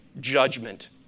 Judgment